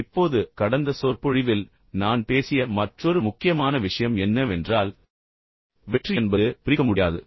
இப்போது கடந்த சொற்பொழிவில் நான் பேசிய மற்றொரு முக்கியமான விஷயம் என்னவென்றால் நல்ல பழக்கவழக்கங்கள் மற்றும் வெற்றி என்பது பிரிக்க முடியாதது